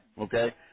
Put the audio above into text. Okay